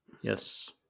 yes